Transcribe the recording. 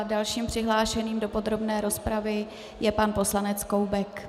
Dalším přihlášeným do podrobné rozpravy je pan poslanec Koubek.